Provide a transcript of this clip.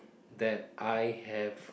that I have